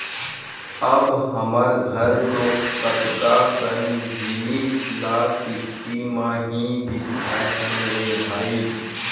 अब हमर घर तो कतका कन जिनिस ल किस्ती म ही बिसाए हन रे भई